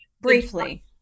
briefly